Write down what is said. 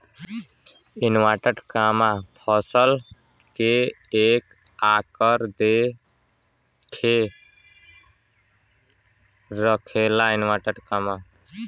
फसल के एक आकार दे के रखेला